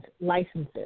licenses